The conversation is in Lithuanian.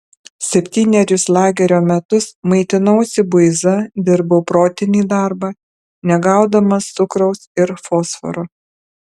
septynerius lagerio metus maitinausi buiza dirbau protinį darbą negaudamas cukraus ir fosforo